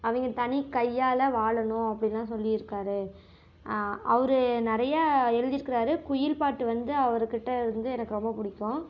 அவங்க தனி கையால் வாழனும் அப்படிலாம் சொல்லியிருக்காரு அவர் நிறையா எழுதியிருக்கார் குயில் பாட்டு வந்து அவர்கிட்ட இருந்து எனக்கு ரொம்ப பிடிக்கும்